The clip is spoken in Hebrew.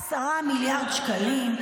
מיליארד שקלים,